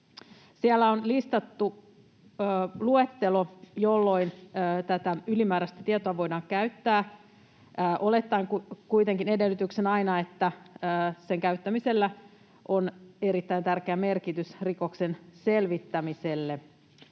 Siellä on listattu luettelo, jolloin tätä ylimääräistä tietoa voidaan käyttää olettaen kuitenkin edellytyksenä aina, että sen käyttämisellä on erittäin tärkeä merkitys rikoksen selvittämiselle.